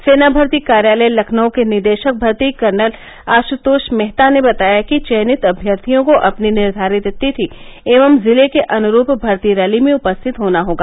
सेना भर्ती कार्यालय लखनऊ के निदेशक भर्ती कर्नल आशुतोष मेहता ने बताया कि चयनित अभ्यर्थियों को अपनी निर्धारित तिथि एवं जिले के अनुरूप भर्ती रैली में उपस्थित होना होगा